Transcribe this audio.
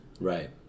right